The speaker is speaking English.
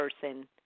person